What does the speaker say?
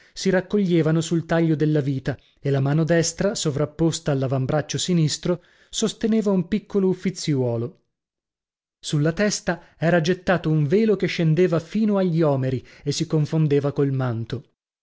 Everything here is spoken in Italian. si raccoglievano sul taglio della vita e la mano destra sovrapposta all'avambraccio sinistro sosteneva un piccolo uffiziuolo sulla testa era gittato un velo che scendeva fino agli òmeri e si confondeva col manto